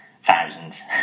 Thousands